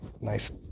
nice